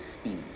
speed